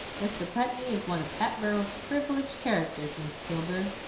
mr. putney is one of hatboro's privileged characters, miss kilburn.